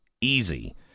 easy